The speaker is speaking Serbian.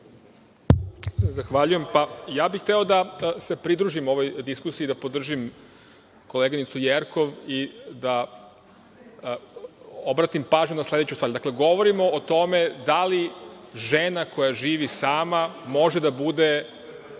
Zahvaljujem. Hteo bih da se pridružim ovoj diskusiji i da podržim koleginicu Jerkov i da obratim pažnju na sledeću stvar. Dakle, govorimo o tome da li žena koja živi sama može da